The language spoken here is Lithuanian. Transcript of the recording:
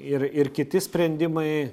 ir ir kiti sprendimai